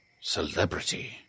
Celebrity